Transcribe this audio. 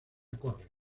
corre